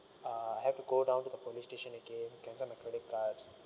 uh have to go down to the police station again cancel my credit cards